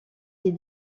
les